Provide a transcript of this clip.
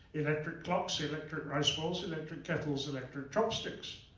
electric clocks, electric rice bowls, electric kettles, electric chopsticks,